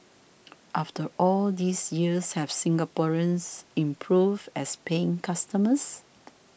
after all these years have Singaporeans improved as paying customers